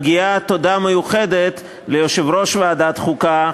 מגיעה תודה מיוחדת ליושב-ראש ועדת חוקה,